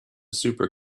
super